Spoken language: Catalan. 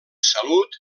salut